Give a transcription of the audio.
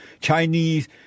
Chinese